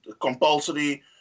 compulsory